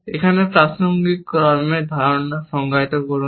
এখানে প্রাসঙ্গিক কর্মের ধারণা সংজ্ঞায়িত করুন